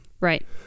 Right